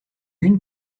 une